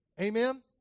Amen